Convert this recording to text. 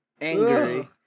angry